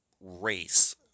race